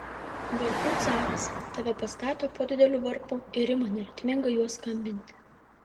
varpų caras tave pastato po dideliu varpu ir ima neritmingai juo skambinti